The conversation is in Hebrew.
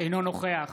אינו נוכח